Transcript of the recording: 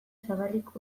zabalik